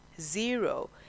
zero